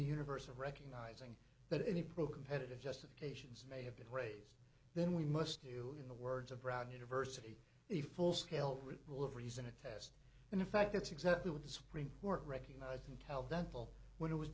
universe of recognizing that any pro competitive justifications may have been raised then we must do in the words of brown university a full scale rule of reason a test and in fact that's exactly what the supreme court recognized intel dental when it was